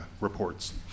reports